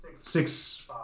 six